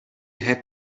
had